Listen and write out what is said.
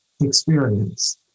experience